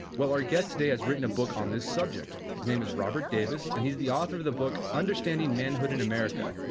well our guest today has written a book on this subject, his name is robert davis and he is the author of the book understanding manhood in america,